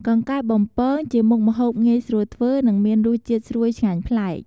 កង្កែបបំពង ជាមុខម្ហូបងាយស្រួលធ្វើ និងមានរសជាតិស្រួយឆ្ងាញ់ប្លែក។